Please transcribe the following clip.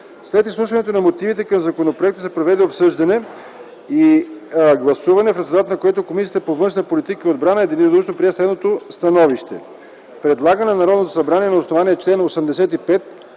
След изслушването на мотивите към законопроекта се проведе обсъждане и гласуване, в резултат на което Комисията по външна политика и отбрана единодушно прие следното становище: Предлага на Народното събрание на основание чл. 85,